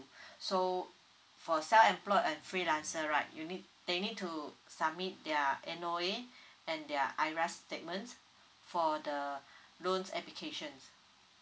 so for self employed and freelancer right you need they need to submit their N_O_A and their iras statement for the loan applications